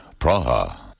Praha